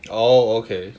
oh okay